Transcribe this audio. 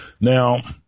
Now